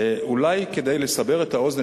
אולי כדי לסבר את האוזן,